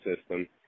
system